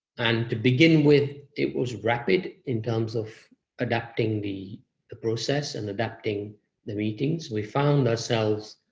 and to begin with, it was rapid, in terms of adapting the the process and adapting the meetings. we found ourselves,